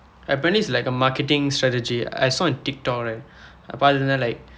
apparently it's like a marketing strategy I saw in tiktok right பார்த்ததிலிருந்து:paarththathilirundthu like